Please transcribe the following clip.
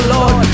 Lord